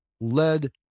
led